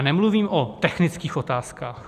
A nemluvím o technických otázkách.